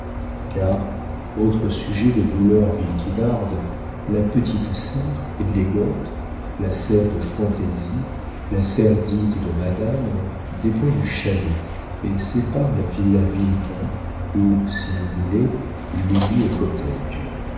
car autre sujet de douleur vilquinarde la petite serre élégante la serre de fantaisie la serre dite de madame dépend du chalet et sépare la villa vilquin ou si vous voulez l'unit au